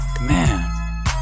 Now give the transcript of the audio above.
Man